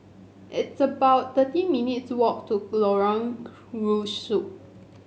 it's about thirty minutes' walk to Lorong Rusuk